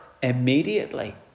Immediately